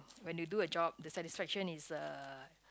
when you do a job the satisfaction is uh